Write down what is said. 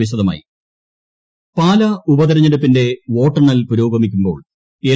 പാലാ ഉപതിരഞ്ഞെടുപ്പ് പാലാ ഉപതിരഞ്ഞെടുപ്പിന്റെ വോട്ടെണ്ണൽ പുരോഗമിക്കുമ്പോൾ എൽ